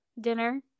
dinner